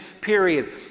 period